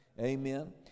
Amen